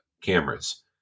cameras